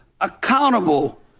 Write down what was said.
accountable